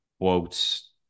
quotes